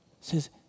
says